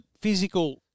physical